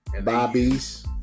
Bobby's